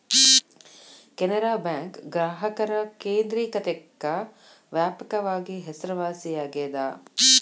Canara Bank ಗ್ರಾಹಕರ ಕೇಂದ್ರಿಕತೆಕ್ಕ ವ್ಯಾಪಕವಾಗಿ ಹೆಸರುವಾಸಿಯಾಗೆದ